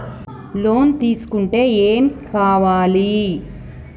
Loan తీసుకుంటే ఏం కావాలి?